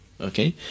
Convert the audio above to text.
Okay